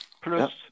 plus